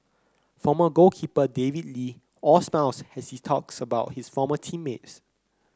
former goalkeeper David Lee all smiles has he talks about his former team mates